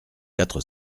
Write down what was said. quatre